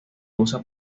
usa